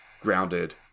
grounded